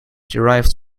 derived